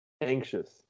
anxious